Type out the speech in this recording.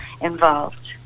involved